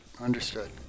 understood